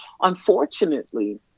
Unfortunately